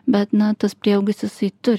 bet na tas prieaugis jisai turi